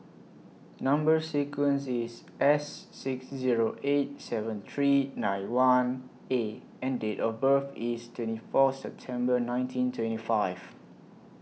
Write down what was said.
Number sequence IS S six Zero eight seven three nine one A and Date of birth IS twenty four September nineteen twenty five